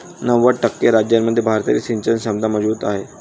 नव्वद टक्के राज्यांमध्ये भारताची सिंचन क्षमता मजबूत आहे